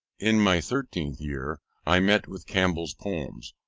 in my thirteenth year i met with campbell's poems,